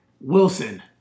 Wilson